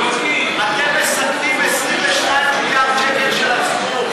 אתם מסלקים 22 מיליארד שקל של הציבור.